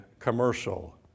commercial